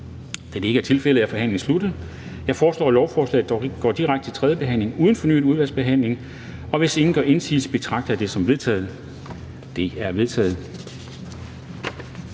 Da det ikke er tilfældet, er forhandlingen sluttet. Jeg foreslår, at lovforslaget går direkte til tredje behandling uden fornyet udvalgsbehandling. Hvis ingen gør indsigelse, betragter jeg dette som vedtaget. Det er vedtaget.